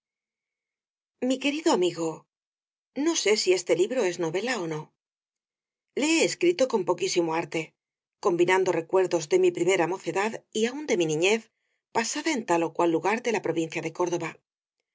mi querido amigo no sé si este libro es novela ó no le he escrito con poquísimo arte combinando recuer dos de mi primera mocedad y aun de mi niñez pasada en tal ó cual lugar de la provincia de córdoba